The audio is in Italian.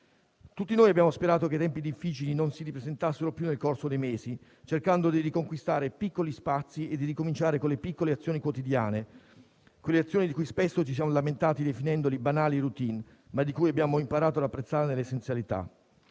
Tutti noi abbiamo sperato che i tempi difficili non si ripresentassero più nel corso dei mesi, cercando di riconquistare piccoli spazi e di ricominciare con le piccole azioni quotidiane, quelle azioni di cui spesso ci siamo lamentati, definendole banali *routine*, ma di cui abbiamo imparato ad apprezzare l'essenzialità.